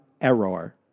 error